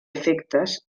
efectes